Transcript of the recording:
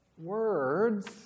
words